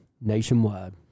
nationwide